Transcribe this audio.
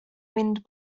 wind